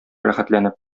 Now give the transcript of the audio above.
рәхәтләнеп